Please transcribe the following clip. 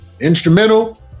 instrumental